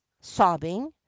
sobbing